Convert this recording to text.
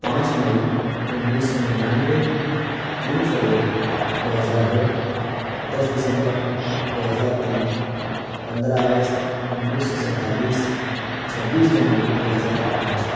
پانچ مئی انیس سو ننانوے تین فروری دو ہزار دو دس دسمبر دو ہزار تین پندرہ اگست انیس سو تینتالیس چھبّیس جنوری دو ہزار پانچ